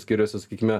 skyriuose sakykime